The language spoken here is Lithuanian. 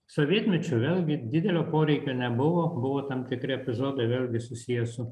sovietmečiu vėlgi didelio poreikio nebuvo buvo tam tikri epizodai vėlgi susiję su